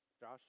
josh